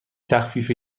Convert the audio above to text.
تخفیف